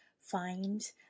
find